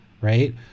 right